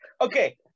Okay